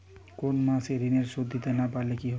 কোন মাস এ ঋণের সুধ দিতে না পারলে কি হবে?